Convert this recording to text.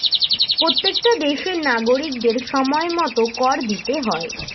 প্রত্যেকটা দেশের নাগরিকদের সময়মতো কর দিতে হয়